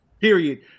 period